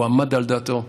הוא עמד על דעתו.